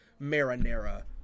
marinara